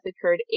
occurred